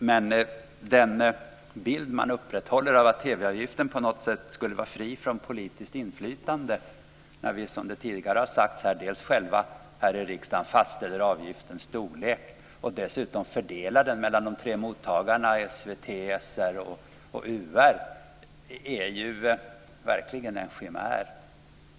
Den bild som man upprätthåller av att TV-avgiften på något sätt skulle vara fri från politiskt inflytande när vi, som tidigare har sagts här, dels själva här i riksdagen fastställer avgiftens storlek, dels dessutom fördelar den mellan de tre mottagarna SVT, SR och UR är verkligen en chimär.